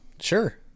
sure